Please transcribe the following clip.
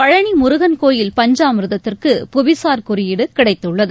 பழனி முருகன் கோயில் பஞ்சாமிர்தத்திற்கு புவிசார் குறியீடு கிடைத்துள்ளது